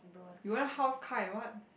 you want a house car and what